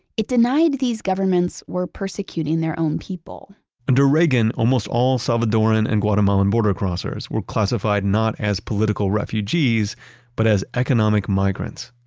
it denied these governments were persecuting their own people under reagan, almost all salvadoran and guatemalan border-crossers were classified not as political refugees but as economic migrants.